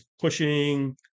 Pushing